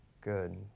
Good